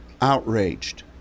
outraged